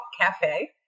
Cafe